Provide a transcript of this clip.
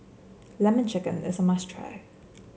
lemon chicken is a must try